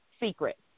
secret